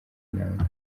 inanga